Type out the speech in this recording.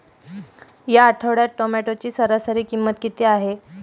या आठवड्यात टोमॅटोची सरासरी किंमत किती आहे?